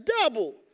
Double